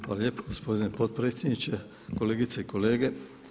Hvala lijepo gospodine potpredsjedniče, kolegice i kolege.